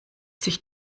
sich